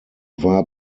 war